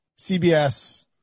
CBS